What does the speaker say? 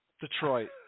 Detroit